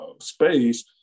space